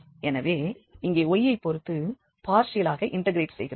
எனவே இங்கே y யைப் பொறுத்து பார்ஷியலாக இண்டெக்ரெட் செய்கிறோம்